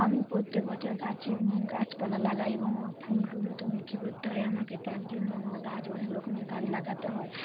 আমি প্রত্যেক বছর গাছে গাছপালা লাগাই এবং ফুল টুলও তো বিক্রি করতে হয় আমাকে তার জন্য আমাকে গাছ অনেক রকমের গাছ লাগাতে হয়